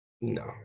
no